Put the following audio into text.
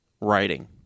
writing